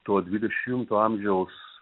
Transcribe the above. to dvidešimto amžiaus